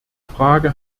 frage